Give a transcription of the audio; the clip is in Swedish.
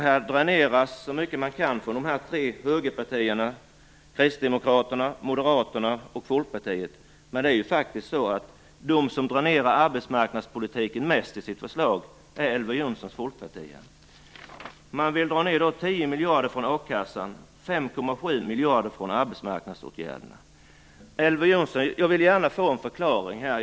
Här dräneras så mycket som det går från de tre högerpartierna Kristdemokraterna, Moderaterna och Folkpartiet, men det förslag som dränerar arbetsmarknadspolitiken mest är förslaget från Elver Jonssons folkparti. Man vill dra 10 miljarder från a-kassan och Jonsson, jag vill gärna få en förklaring här.